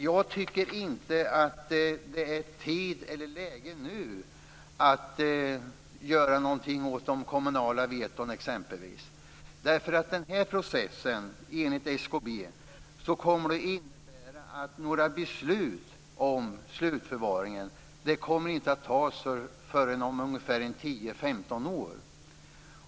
Jag tycker inte att det är läge att nu göra någonting åt exempelvis kommunala veton. Enligt SKB kommer den här processen att innebära att några beslut om slutförvaring inte kommer att fattas förrän om tio femton år.